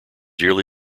yearly